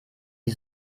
die